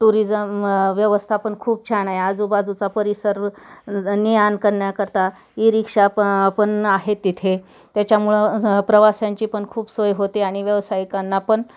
tourism व्यवस्था पण खूप छान आहे आजूबाजूचा परिसर ने आण करण्याकरता ई रिक्षा प पण आहेत तिथे त्याच्यामुळं प्रवास्यांची पण खूप सोय होते आणि व्यवसायिकांना पण